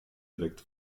direkt